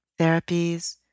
therapies